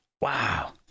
Wow